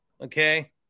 okay